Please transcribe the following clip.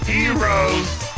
Heroes